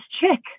chick